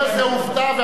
אתה אומר שזאת עובדה.